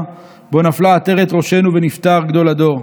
שבו נפלה עטרת ראשנו ונפטר גדול הדור,